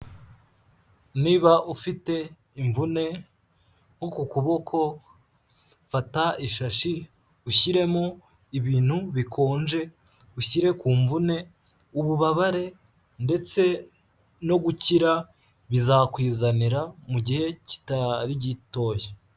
Niba ufite imvune nko ku kuboko fata ishashi ushyiremo ibintu bikonje ushyire ku mvune, ububabare ndetse no gukira bizakwizanira mu gihe kitari gitoya.